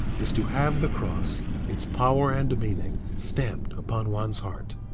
is to have the cross, its power and meaning, stamped upon one's heart.